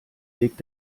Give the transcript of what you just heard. legt